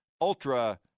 ultra